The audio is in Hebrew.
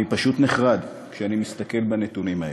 אני פשוט נחרד כשאני מסתכל על הנתונים האלה.